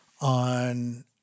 on